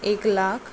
एक लाख